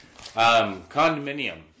Condominium